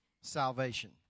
salvation